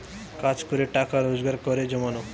কাজ করে টাকা রোজগার করে জমানো